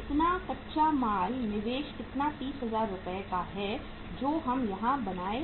इतना कच्चा माल निवेश कितना 30000 रुपये का है जो हम यहां बनाने